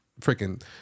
freaking